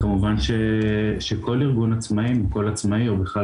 כמובן שכל ארגון עצמאים או כל עצמאי או בכלל